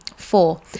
four